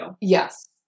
Yes